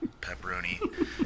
pepperoni